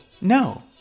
No